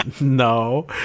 No